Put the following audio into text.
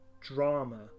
drama